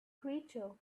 creature